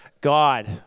God